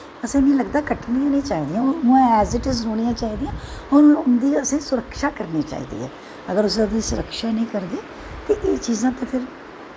मिगी लगदा असैं कट्टनियां नी चाही दियां नै ऐज़ इट इज़ रौह्नियां चाही दियां नै उंदी असैं सुरक्षा करनी चाही दी ऐ अगर अस एह्दी सुरक्षा नेंई करगे ते एह् चीज़ां